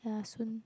ya soon